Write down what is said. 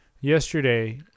yesterday